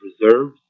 reserves